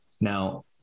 Now